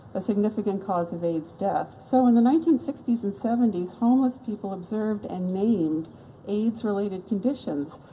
a significant cause of aids death. so in the nineteen sixty s and seventy s, homeless people observed and named aids-related conditions,